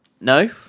No